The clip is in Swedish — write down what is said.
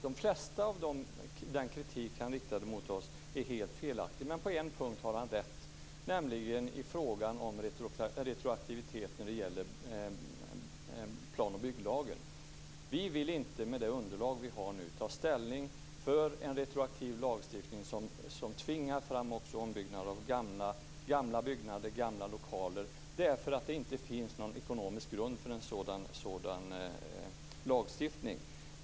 Det mesta av den kritik han riktade mot oss är helt felaktig, men på en punkt har han rätt, nämligen i fråga om retroaktivitet när det gäller plan och bygglagen. Vi vill inte med det underlag vi har nu ta ställning för en retroaktiv lagstiftning som tvingar fram ombyggnad också av gamla byggnader och lokaler eftersom det inte finns någon ekonomisk grund för en sådan lagstiftning.